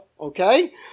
okay